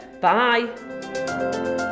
bye